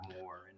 more